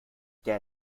der